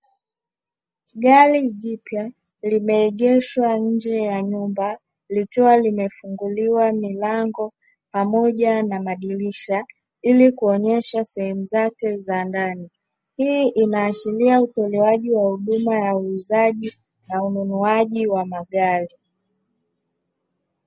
Gari jipya limeegeshwa nje ya nyumba likiwa limefunguliwa milango pamoja na madirisha, ili kuonyesha sehemu zake za ndani. Hii inaashiria utolewaji wa huduma ya uuzaji na ununuaji wa magari.